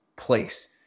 place